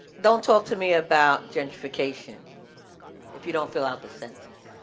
don't talk to me about gentrification if you don't fill out the census.